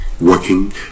working